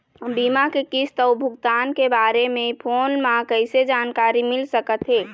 बीमा के किस्त अऊ भुगतान के बारे मे फोन म कइसे जानकारी मिल सकत हे?